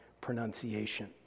pronunciation